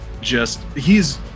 just—he's